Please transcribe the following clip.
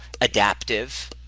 adaptive